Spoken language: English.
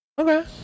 okay